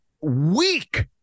weak